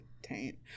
Taint